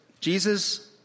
Jesus